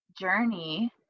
journey